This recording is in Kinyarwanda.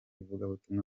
ivugabutumwa